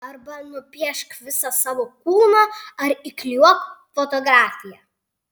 arba nupiešk visą savo kūną ar įklijuok fotografiją